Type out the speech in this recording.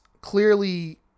clearly